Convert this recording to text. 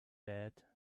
bad